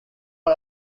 her